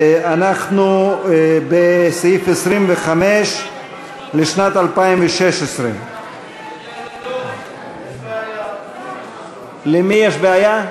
אנחנו בסעיף 25 לשנת 2016. למי יש בעיה?